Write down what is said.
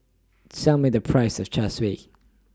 Tell Me The Price of Char Siu